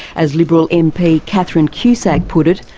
as liberal mp catherine cusack put it,